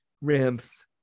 ramps